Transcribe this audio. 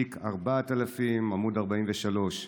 תיק 4000, עמ' 43: